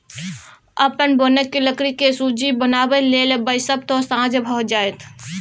अपन बोनक लकड़ीक सूची बनाबय लेल बैसब तँ साझ भए जाएत